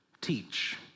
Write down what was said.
teach